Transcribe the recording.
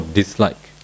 dislike